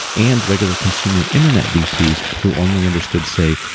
and regular consumer internet vcs who only understood say,